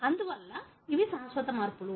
అందువల్ల ఇవి శాశ్వత మార్పులు